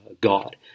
God